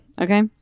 Okay